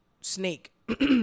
snake